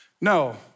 No